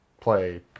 play